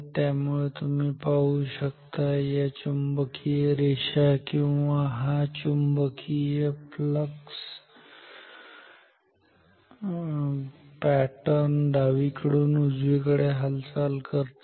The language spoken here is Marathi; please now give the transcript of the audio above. त्यामुळे तुम्ही पाहू शकता जर या चुंबकीय रेषा किंवा हा चुंबकीय फ्लक्स पॅटर्न डावीकडून उजवीकडे हालचाल करतो